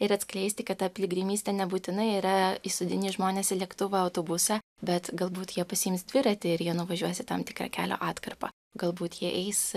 ir atskleisti kad ta piligrimystė nebūtinai yra įsodini žmones į lėktuvą autobusą bet galbūt jie pasiims dviratį ir jie nuvažiuos į tam tikrą kelio atkarpą galbūt jie eis